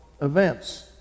events